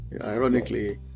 Ironically